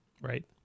Right